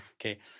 okay